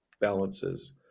balances